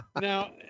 Now